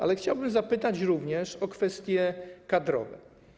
Ale chciałbym zapytać również o kwestie kadrowe.